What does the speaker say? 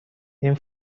این